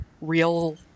real